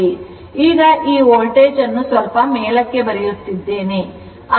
ಈಗ ಈ ವೋಲ್ಟೇಜ್ ಅನ್ನು ಸ್ವಲ್ಪ ಮೇಲಕ್ಕೆ ಬರೆಯುತ್ತಿದ್ದೇನೆ